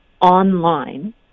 online